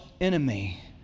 enemy